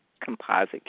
composite